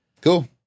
Cool